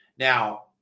Now